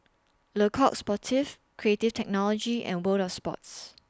Le Coq Sportif Creative Technology and World of Sports